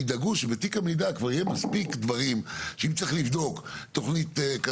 כדי ללכת למחוזית הוא צריך ללכת לוועד0ה מקומית,